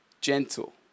gentle